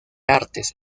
artes